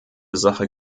sache